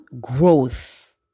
growth